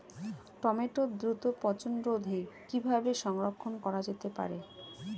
টমেটোর দ্রুত পচনরোধে কিভাবে সংরক্ষণ করা যেতে পারে?